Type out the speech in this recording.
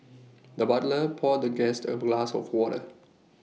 the butler poured the guest A brass of water